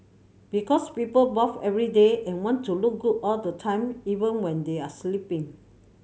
because people bath every day and want to look good all the time even when they are sleeping